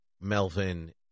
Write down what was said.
Melvin